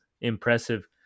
impressive